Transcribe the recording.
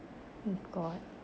my god